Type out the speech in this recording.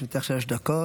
יש לך שלוש דקות.